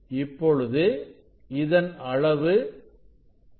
இப்பொழுது இதன் அளவு 0